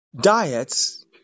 diets